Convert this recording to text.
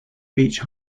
beach